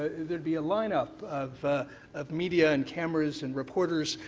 there would be a line up of of media and cameras and reporters.